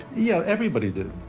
yeah, everybody did.